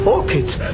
Orchids